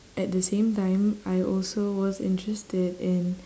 at the same time I also was interested in